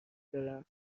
دارم